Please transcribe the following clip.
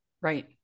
right